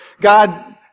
God